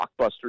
blockbuster